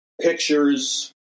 pictures